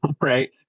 right